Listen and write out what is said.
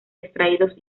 extraídos